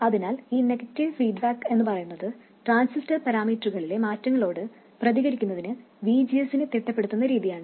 അതിനാൽ ഈ negative feedback എന്നുപറയുന്നത് ട്രാൻസിസ്റ്റർ പാരാമീറ്ററുകളിലെ മാറ്റങ്ങളോട് പ്രതികരിക്കുന്നതിന് VGS നെ തിട്ടപ്പെടുത്തുന്ന രീതിയാണ്